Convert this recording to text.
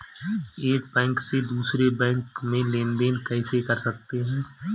एक बैंक से दूसरे बैंक में लेनदेन कैसे कर सकते हैं?